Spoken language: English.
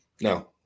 no